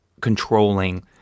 controlling